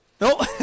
nope